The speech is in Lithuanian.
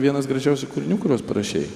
vienas gražiausių kūrinių kuriuos parašei